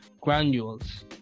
granules